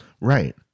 Right